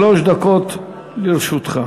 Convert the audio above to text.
שלוש דקות לרשותך.